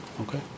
Okay